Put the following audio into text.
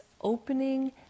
opening